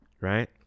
right